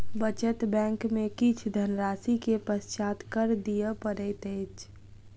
बचत बैंक में किछ धनराशि के पश्चात कर दिअ पड़ैत अछि